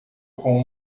com